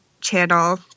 channel